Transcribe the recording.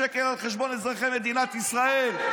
האם ליצמן הלך ועזר לאיזה מישהו כדי